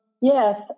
yes